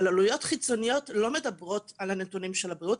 אבל עלויות חיצוניות לא מדברות על הנתונים של הבריאות,